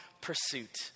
pursuit